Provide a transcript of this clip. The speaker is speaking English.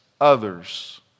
others